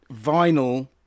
vinyl